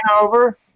over